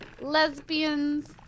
lesbians